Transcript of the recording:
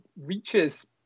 reaches